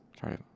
sorry